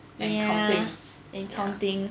!aiya! and counting